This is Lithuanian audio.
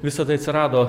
visa tai atsirado